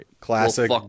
Classic